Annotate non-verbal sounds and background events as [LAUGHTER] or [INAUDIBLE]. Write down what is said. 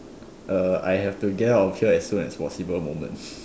uh I have to get out of here as soon as possible moment [BREATH]